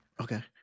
Okay